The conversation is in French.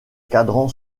cadran